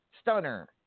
Stunner